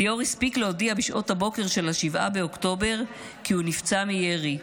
ליאור הספיק להודיע בשעות הבוקר של 7 באוקטובר כי הוא נפצע מירי,